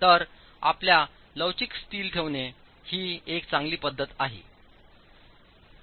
तर आपल्या लवचिक स्टील ठेवणे ही एक चांगली पद्धत आहे